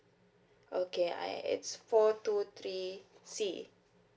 okay I it's four two three C